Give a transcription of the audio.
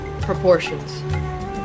proportions